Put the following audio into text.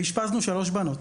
אשפזנו שלוש בנות